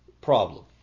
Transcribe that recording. Problem